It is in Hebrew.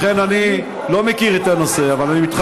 לכן, אני לא מכיר את הנושא, אבל אני מתחבר אליך.